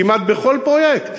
כמעט בכל פרויקט